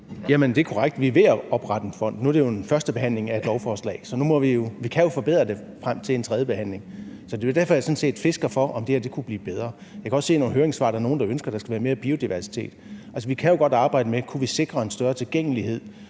det er korrekt. Vi er ved at oprette en fond. Nu er det her en første behandling af et lovforslag, så vi kan jo forbedre det frem mod en tredje behandling. Det er jo derfor, jeg sådan set fisker efter, om det her kunne blive bedre. Jeg kan også se i nogle høringssvar, at der er nogen, der ønsker, der skal være mere biodiversitet. Altså, vi kan jo godt arbejde med det, i forhold til om vi kunne sikre en større tilgængelighed.